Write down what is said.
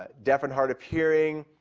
ah deaf and hard of hearing,